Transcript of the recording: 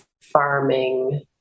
farming